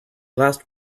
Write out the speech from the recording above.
last